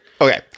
Okay